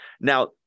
Now